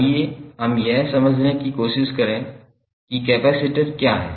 आइए हम यह समझने की कोशिश करें कि कपैसिटर क्या है